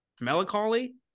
melancholy